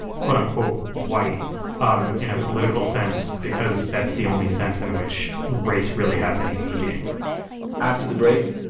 quote-unquote, white um in a political sense because that's the only sense in which race really has any meaning after the break,